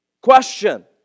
Question